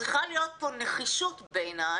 צריכה להיות פה נחישות בעיניי,